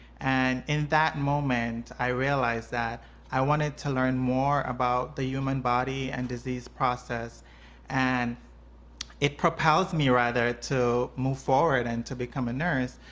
and in that moment i realized that i wanted to learn more about the human body and disease process and it it propels me rather to move forward and to become a nurse,